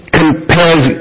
compares